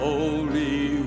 Holy